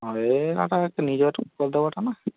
ହଏ ହଠାତ୍ ନିଜର୍ଟା କରି ଦେବାଟା ନା